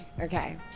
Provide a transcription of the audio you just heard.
okay